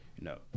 no